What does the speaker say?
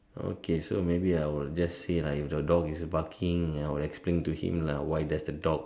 okay so maybe I will just lah say if the dog is barking I will explain to him lah why there's a dog